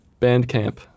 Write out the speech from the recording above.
Bandcamp